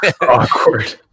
Awkward